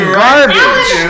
garbage